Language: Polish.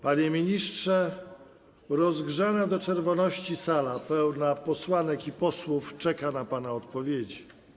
Panie ministrze, rozgrzana do czerwoności sala pełna posłanek i posłów czeka na pana odpowiedzi.